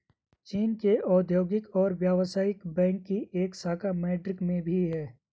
चीन के औद्योगिक और व्यवसायिक बैंक की एक शाखा मैड्रिड में भी है